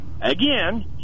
again